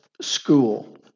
school